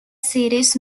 series